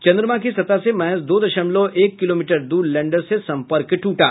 चंद्रमा की सतह से महज दो दशमलव एक किलोमीटर दूर लैंडर से संपर्क टूटा